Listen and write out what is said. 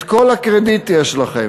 את כל הקרדיט יש לכם,